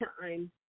time